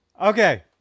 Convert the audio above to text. Okay